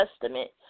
Testament